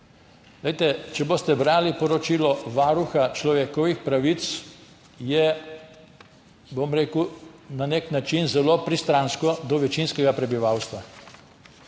Če boste brali poročilo Varuha človekovih pravic, je, bom rekel, na nek način zelo pristransko do večinskega prebivalstva.